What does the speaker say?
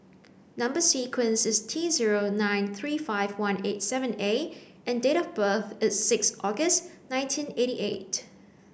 number sequence is T zero nine three five one eight seven A and date of birth is six August nineteen eighty eight